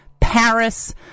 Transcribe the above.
Paris